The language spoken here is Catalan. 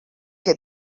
que